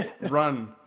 run